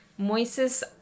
Moises